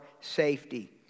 safety